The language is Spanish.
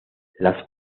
las